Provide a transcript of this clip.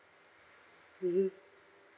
mmhmm